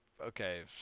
Okay